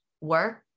work